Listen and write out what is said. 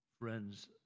Friends